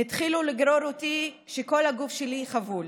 "התחילו לגרור אותי כשכל הגוף שלי חבול.